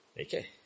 Okay